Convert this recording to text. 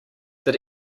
did